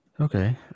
okay